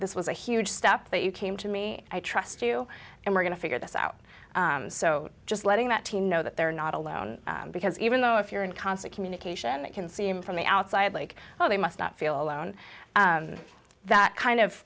this was a huge step that you came to me i trust you and we're going to figure this out so just letting that team know that they're not alone because even though if you're in constant communication that can see him from the outside like oh they must not feel alone that kind of